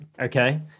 Okay